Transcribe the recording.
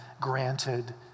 granted